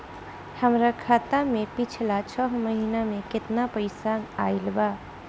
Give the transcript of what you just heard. हमरा खाता मे पिछला छह महीना मे केतना पैसा आईल बा?